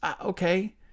okay